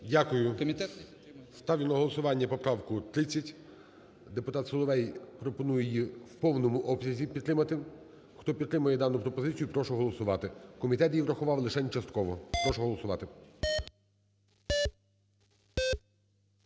Дякую. Ставлю на голосування поправку 30. Депутат Соловей пропонує її в повному обсязі підтримати. Хто підтримує дану пропозицію, прошу голосувати. Комітет її врахував лишень частково. Прошу голосувати.